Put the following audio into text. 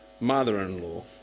mother-in-law